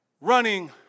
running